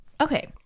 okay